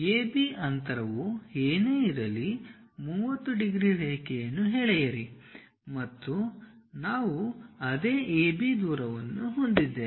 AB ಅಂತರವು ಏನೇ ಇರಲಿ 30 ಡಿಗ್ರಿ ರೇಖೆಯನ್ನು ಎಳೆಯಿರಿ ಮತ್ತು ನಾವು ಅದೇ AB ದೂರವನ್ನು ಹೊಂದಿದ್ದೇವೆ